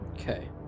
Okay